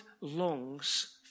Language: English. longs